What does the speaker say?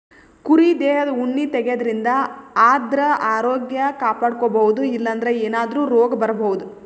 ಕುರಿ ದೇಹದ್ ಉಣ್ಣಿ ತೆಗ್ಯದ್ರಿನ್ದ ಆದ್ರ ಆರೋಗ್ಯ ಕಾಪಾಡ್ಕೊಬಹುದ್ ಇಲ್ಲಂದ್ರ ಏನಾದ್ರೂ ರೋಗ್ ಬರಬಹುದ್